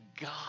God